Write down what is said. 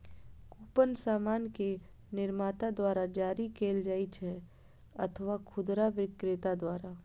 coupon सामान के निर्माता द्वारा जारी कैल जाइ छै अथवा खुदरा बिक्रेता द्वारा